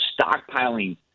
stockpiling